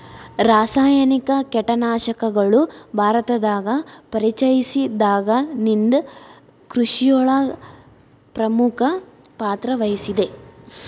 ರಾಸಾಯನಿಕ ಕೇಟನಾಶಕಗಳು ಭಾರತದಾಗ ಪರಿಚಯಸಿದಾಗನಿಂದ್ ಕೃಷಿಯೊಳಗ್ ಪ್ರಮುಖ ಪಾತ್ರವಹಿಸಿದೆ